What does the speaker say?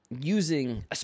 using